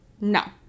No